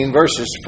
verses